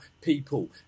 people